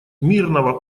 мирного